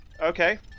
Okay